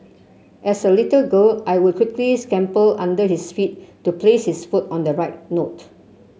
as a little girl I would quickly scamper under his feet to place his foot on the right note